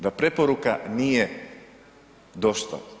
Da preporuka nije dosta.